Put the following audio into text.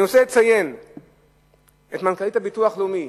אני רוצה לציין את מנכ"לית הביטוח הלאומי,